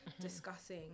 discussing